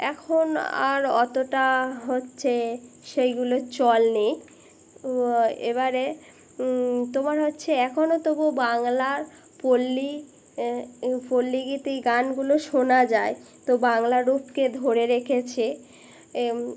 এখন আর অতটা হচ্ছে সেইগুলো চল নেই এবারে তোমার হচ্ছে এখনও তবুও বাংলার পল্লী পল্লীগীতিই গানগুলো শোনা যায় তো বাংলা রূপকে ধরে রেখেছে